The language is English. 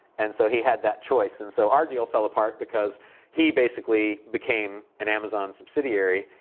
and so, he had that choice. and so, our deal fell apart because he basically became an amazon subsidiary,